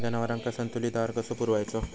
जनावरांका संतुलित आहार कसो पुरवायचो?